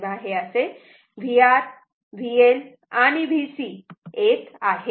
तेव्हा हे असे VR VL VC येत आहे